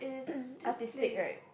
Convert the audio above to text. artistic right